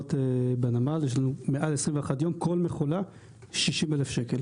שנשארות בנמל יותר מ-21 יום כל מכולה 60,000 שקל.